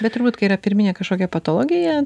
bet turbūt kai yra pirminė kažkokia patologija